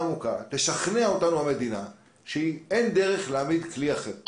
תשכנע אותנו המדינה שאין דרך להעמיד כלי אחר.